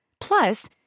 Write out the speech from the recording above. Plus